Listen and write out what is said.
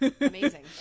Amazing